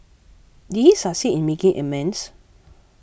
did he succeed in making amends